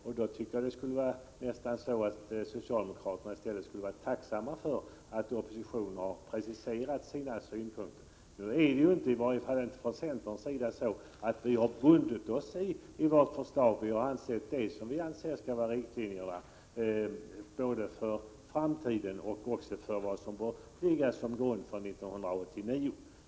I så fall borde socialdemokraterna i stället nästan vara tacksamma för att oppositionen har preciserat sina ståndpunkter. Nu är det i varje fall inte från centerns sida så att vi bundit oss i våra förslag. Vi har angivit vad vi anser skall vara riktlinjerna både för 1989 och för tiden därefter.